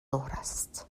است